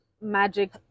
magic